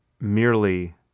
merely